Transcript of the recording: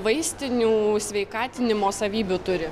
vaistinių sveikatinimo savybių turi